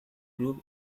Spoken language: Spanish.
club